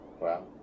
Wow